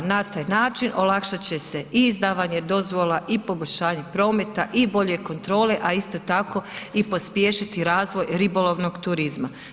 Na taj način olakšat će se i izdavanje dozvola i poboljšanje prometa i bolje kontrole, a isto tako i pospješiti razvoj ribolovnog turizma.